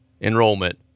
enrollment